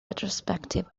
retrospective